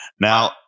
Now